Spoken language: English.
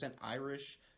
Irish